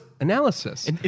analysis